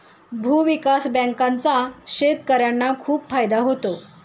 भूविकास बँकांचा शेतकर्यांना खूप फायदा होतो